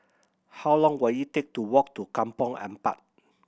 how long will it take to walk to Kampong Ampat